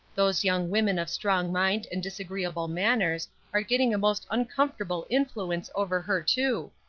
those young women of strong mind and disagreeable manners are getting a most uncomfortable influence over her, too.